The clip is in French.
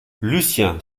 lucien